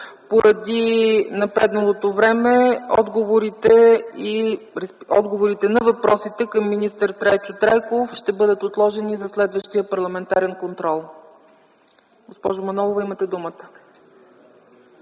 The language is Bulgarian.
Поради напредналото време отговорите на въпросите към министър Трайчо Трайков ще бъдат отложени за следващия парламентарен контрол. Госпожо Манолова, имате думата.